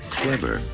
clever